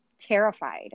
terrified